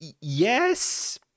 Yes